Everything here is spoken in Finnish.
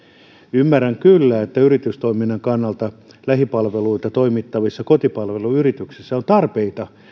ymmärrän kyllä että koska yritystoiminnan kannalta lähipalveluita toimittavissa kotipalveluyrityksissä on tarpeita